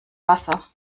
wasser